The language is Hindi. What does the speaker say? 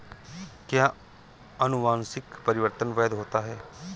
क्या अनुवंशिक परिवर्तन वैध होता है?